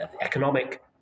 economic